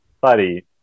buddy